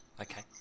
Okay